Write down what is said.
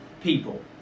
people